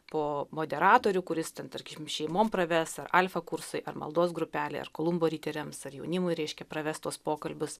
po moderatorių kuris ten tarkim šeimom praves ar alfa kursai ar maldos grupelė ar kolumbo riteriams ar jaunimui reiškia praves tuos pokalbius